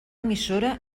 emissora